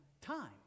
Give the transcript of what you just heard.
time